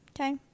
Okay